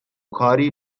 کاری